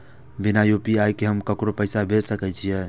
बिना यू.पी.आई के हम ककरो पैसा भेज सके छिए?